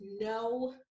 no